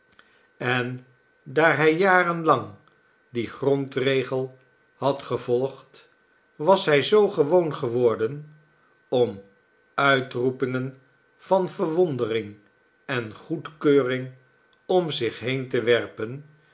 en daar hij jaren lang dien grondregel had gevolgd was hij zoo gewoon geworden om uitroepingen van verwondering en goedkeuring om zich heen te werpen